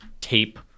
tape